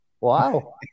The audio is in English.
Wow